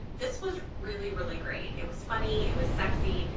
this was really really great. it was funny, it was sexy,